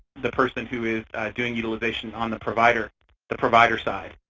the person who is doing utilization on the provider the provider side.